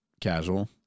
casual